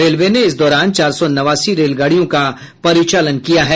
railway ने इस दौरान चार सौ नवासी रेलगाड़ियों का परिचालन किया है